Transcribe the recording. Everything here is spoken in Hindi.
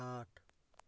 आठ